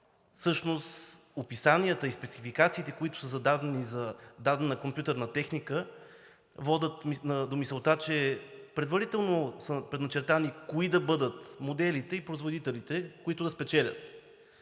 всъщност описанията и спецификациите, които са зададени за дадена компютърна техника, водят до мисълта, че предварително са предначертани кои да бъдат моделите и производителите, които да спечелят,